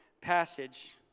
passage